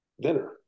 dinner